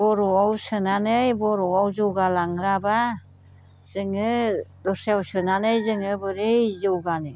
बर'आव सोनानै बर'आव जौगालांहोआबा जोङो दस्रायाव सोनानै जोङो बेरै जौगानो